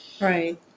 Right